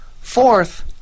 Fourth